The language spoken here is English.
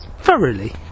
Thoroughly